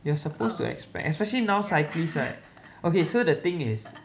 you are supposed to expect especially now cyclist right okay so the thing is